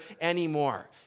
anymore